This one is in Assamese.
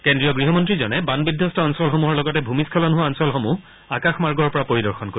কেন্দ্ৰীয় গৃহমন্ত্ৰীজনে বানবিধবস্ত অঞ্চলসমূহৰ লগতে ভূমিস্বলন হোৱা অঞ্চলসমূহ আকাশমাৰ্গৰ পৰা পৰিদৰ্শন কৰিব